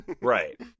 right